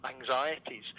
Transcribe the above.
anxieties